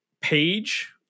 Page